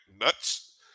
nuts